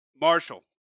marshall